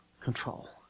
control